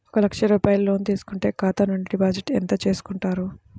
ఒక లక్ష రూపాయలు లోన్ తీసుకుంటే ఖాతా నుండి డిపాజిట్ ఎంత చేసుకుంటారు?